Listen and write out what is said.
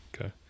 Okay